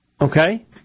Okay